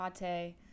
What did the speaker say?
Mate